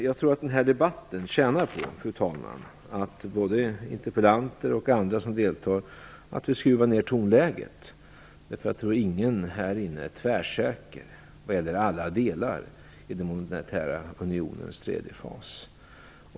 Jag tror att den här debatten tjänar på att både interpellanter och andra som deltar skruvar ner tonläget. Jag tror ingen här inne är tvärsäker vad gäller alla delar i den monetära unionens tredje fas.